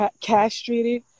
castrated